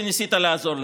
שניסית לעזור להם.